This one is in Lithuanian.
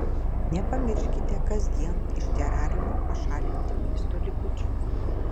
nepamirškite kasdien iš terariumo pašalinti maisto likučių